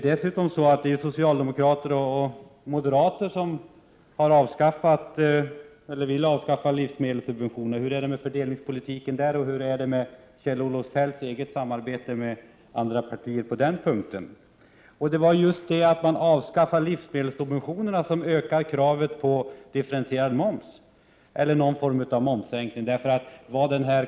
Dessutom är det ju socialdemokrater och moderater som vill avskaffa livsmedelssubventionerna. Hur är det med fördelningspolitiken därvidlag, och hur är det med Kjell-Olof Feldts eget samarbete med andra partier på den punkten? Det är ju detta att man avskaffar livsmedelssubventionerna som ökar kravet på differentierad moms, eller någon form av momssänkning.